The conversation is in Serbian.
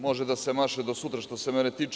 Može da se maše do sutra što se mene tiče.